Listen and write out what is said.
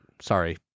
Sorry